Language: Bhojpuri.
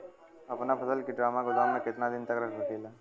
अपना फसल की ड्रामा गोदाम में कितना दिन तक रख सकीला?